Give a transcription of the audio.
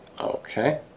okay